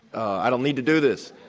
i don't need to do this.